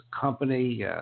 company